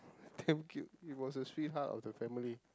damn cute it was a sweetheart of the family